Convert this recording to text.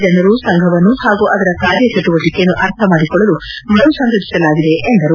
ಜನರು ಸಂಘವನ್ನು ಹಾಗೂ ಅದರ ಕಾರ್ಯಚಟುವಟಿಕೆಯನ್ನು ಅರ್ಥಮಾಡಿಕೊಳ್ಳಲು ಮರುಸಂಘಟಿಸಲಾಗಿದೆ ಎಂದರು